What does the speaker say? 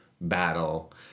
battle